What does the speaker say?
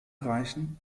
reichen